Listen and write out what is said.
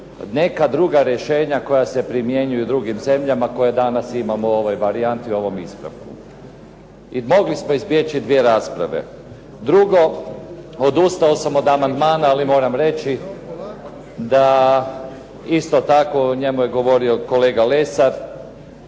neka druga rješenja koja se primjenjuju u drugim zemljama koje danas imamo u ovoj varijanti u ovom ispravku i mogli smo izbjeći dvije rasprave. Drugo, odustao sam od amandmana, ali moram reći da isto tako o njemu je govorio kolega Lesar,